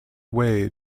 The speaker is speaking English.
way